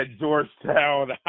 Georgetown